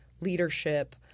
leadership